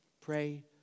pray